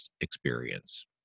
experience